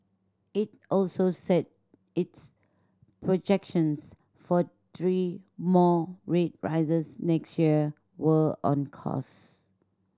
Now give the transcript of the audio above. it also said its projections for three more rate rises next year were on course